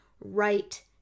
right